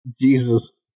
Jesus